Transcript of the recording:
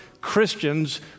Christians